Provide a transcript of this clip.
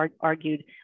argued